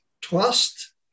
trust